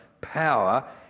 power